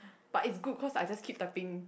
but it's good cause I just keep typing